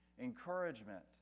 Encouragement